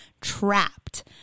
trapped